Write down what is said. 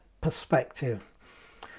perspective